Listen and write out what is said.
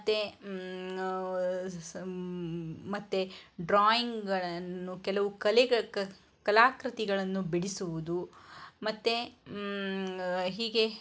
ಮತ್ತು ಮತ್ತು ಡ್ರಾಯಿಂಗ್ಗಳನ್ನು ಕೆಲವು ಕಲೆ ಕಲಾಕೃತಿಗಳನ್ನು ಬಿಡಿಸುವುದು ಮತ್ತು ಹೀಗೇ